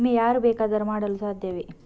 ವಿಮೆ ಯಾರು ಬೇಕಾದರೂ ಮಾಡಲು ಸಾಧ್ಯವೇ?